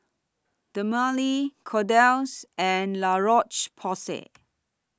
Dermale Kordel's and La Roche Porsay